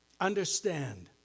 understand